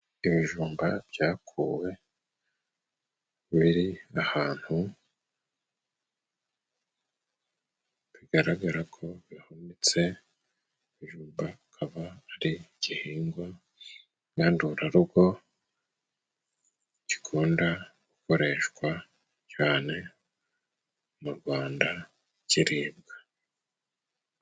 Ibijumba byakuwe biri ahantu bigaragara ko bihunitse. Ibijumba akaba ari gihingwa ngandurarugo gikunda gukoreshwa cyane mu Rwanda kiribwa.